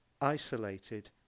isolated